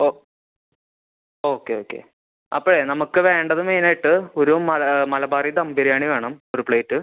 O okay okay അപ്പോഴേ നമുക്ക് വേണ്ടത് മെയ്നായിട്ട് ഒരു മല മലബാറി ദം ബിരിയാണി വേണം ഒര് പ്ലേറ്റ്